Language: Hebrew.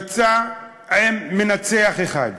יצא עם מנצח אחד,